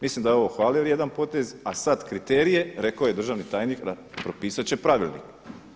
Mislim da je ovo hvale vrijedan potez a sada kriterije, rekao je državni tajnik propisati će pravilnik.